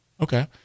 Okay